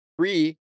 three